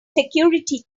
security